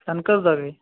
تَنہٕ کٔژ دۄہ گٔۍ